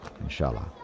inshallah